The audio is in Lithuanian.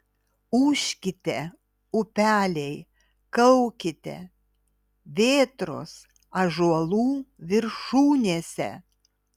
ūžkite upeliai kaukite vėtros ąžuolų viršūnėse